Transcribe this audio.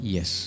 Yes